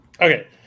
Okay